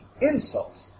insult